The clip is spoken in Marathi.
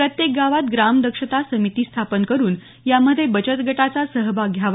प्रत्येक गावात ग्राम दक्षता समिती स्थापन करून यामध्ये बचतगटाचा सहभाग घ्यावा